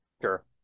sure